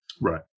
Right